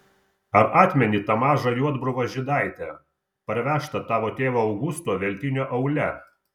ar atmeni tą mažą juodbruvą žydaitę parvežtą tavo tėvo augusto veltinio aule